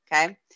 okay